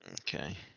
Okay